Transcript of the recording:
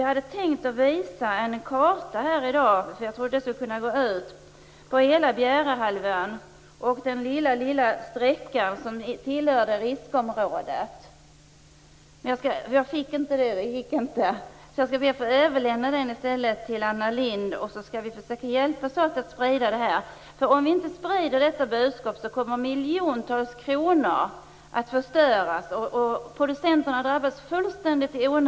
Jag hade tänkt att visa en karta här i dag - jag trodde att det skulle gå ut - på hela Bjärehalvön och den lilla sträckan som utgör riskområdet. Men det gick inte, och därför skall jag be att få överlämna den till Anna Lindh i stället. Vi måste försöka hjälpas åt att sprida detta. Om vi inte sprider det här budskapet kommer miljontals kronor att förstöras och producenterna att drabbas fullständigt i onödan.